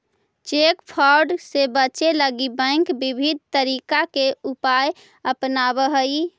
cheque fraud से बचे लगी बैंक विविध तरीका के उपाय अपनावऽ हइ